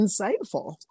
insightful